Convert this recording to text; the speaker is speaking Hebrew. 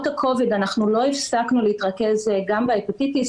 למרות ה-covid אנחנו לא הפסקנו להתרכז גם בהפטיטיס,